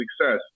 success